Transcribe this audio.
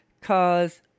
cause